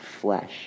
flesh